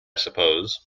suppose